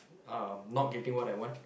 uh not getting what I want